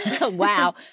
Wow